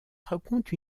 raconte